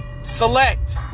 select